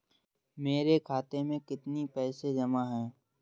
मेरे खाता में कितनी पैसे जमा हैं?